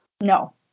No